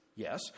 Yes